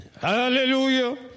Hallelujah